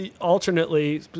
alternately